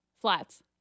Flats